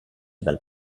dal